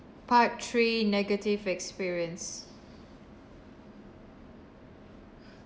part three negative experience